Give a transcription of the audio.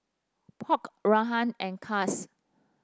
polk Orah and Cas